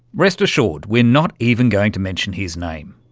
rest assured we're not even going to mention his name,